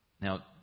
Now